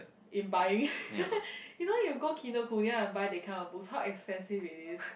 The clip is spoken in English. in buying you know you go Kinokuniya and buy that kind of books how expensive it is